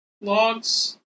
logs